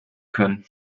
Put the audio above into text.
können